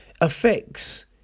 affects